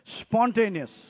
Spontaneous